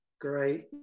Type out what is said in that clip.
Great